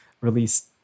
released